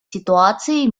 ситуаций